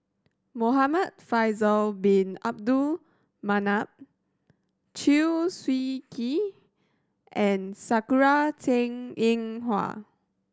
Muhamad Faisal Bin Abdul Manap Chew Swee Kee and Sakura Teng Ying Hua